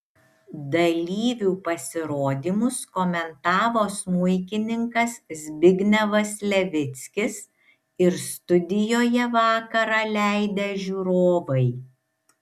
dalyvių pasirodymus komentavo smuikininkas zbignevas levickis ir studijoje vakarą leidę žiūrovai